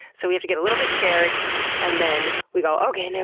so, we have to get a little bit scared and then we go okay, and and